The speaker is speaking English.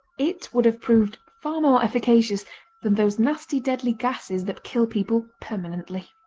it would have proved far more efficacious than those nasty deadly gases that kill people permanently.